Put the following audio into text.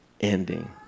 ending